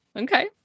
Okay